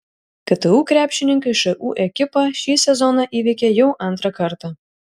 ktu krepšininkai šu ekipą šį sezoną įveikė jau antrą kartą